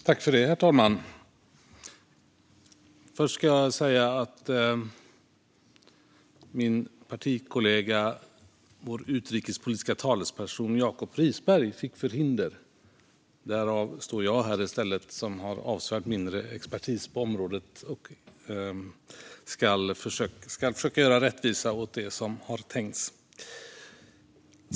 Herr talman! Först ska jag säga att min partikollega, vår utrikespolitiska talesperson, Jacob Risberg fick förhinder. Därför står jag, som besitter avsevärt mindre expertis på området, här i stället. Jag ska försöka göra rättvisa åt det som har tänkts.